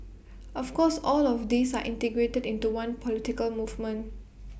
of course all of these are integrated into one political movement